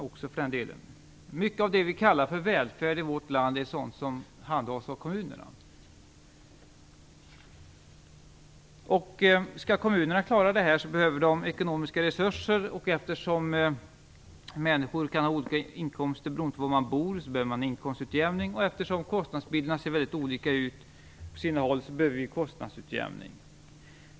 Mycket av det vi i vårt land kallar för välfärd är sådant som handhas av kommunerna. Skall kommunerna klara av detta behöver de ekonomiska resurser. Eftersom människor kan ha olika inkomster beroende på var de bor behöver vi inkomstutjämning, och eftersom kostnadsbilderna på olika håll ser mycket olika ut behöver vi kostnadsutjämning.